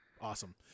Awesome